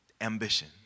Ambition